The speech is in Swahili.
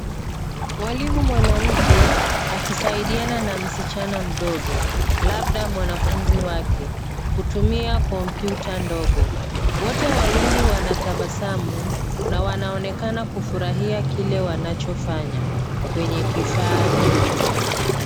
Mwalimu mwanamke akisaidiana na msichana mdogo labda mwanafunzi wake kutumia kompyuta ndogo. Wote wawili wanatabasamu na wanaonekana kufurahia kile wanachofanya kwenye kifaa hicho.